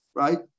right